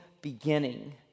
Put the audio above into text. beginning